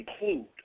include